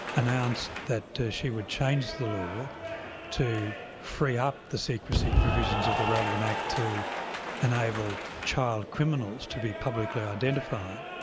announced that she would change the law to free up the secrecy provisions of the relevant act to enable child criminals to be publicly identified.